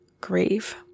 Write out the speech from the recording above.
grieve